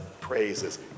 praises